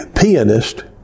pianist